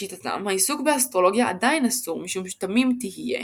לשיטתם העיסוק באסטרולוגיה עדיין אסור משום תמים תהיה,